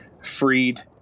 freed